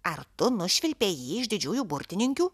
ar tu nušvilpei jį iš didžiųjų burtininkių